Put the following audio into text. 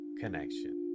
connection